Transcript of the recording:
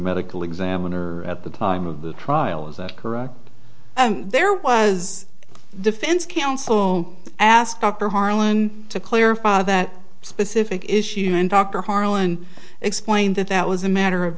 medical examiner at the time of the trial is that correct there was defense counsel ask dr harlan to clarify that specific issue and dr harlan explained that that was a matter of